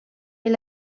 est